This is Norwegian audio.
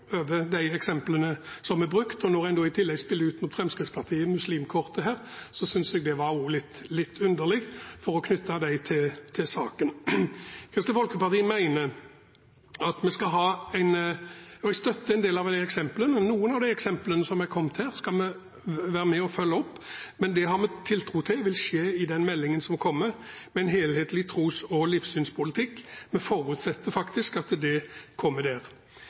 over de eksemplene som er brukt. Når en da i tillegg spiller ut muslim-kortet mot Fremskrittspartiet for å knytte dem til saken, synes jeg også det var litt underlig. Kristelig Folkeparti mener at noen av eksemplene som er kommet her – jeg støtter en del av dem – skal vi være med å følge opp. Men det har vi tiltro til vil skje i den meldingen som kommer om en helhetlig tros- og livssynspolitikk. Vi forutsetter faktisk at det kommer der.